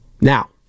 Now